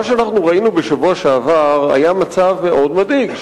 מה שאנחנו ראינו בשבוע שעבר היה מצב מאוד מדאיג,